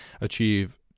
achieve